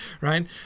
right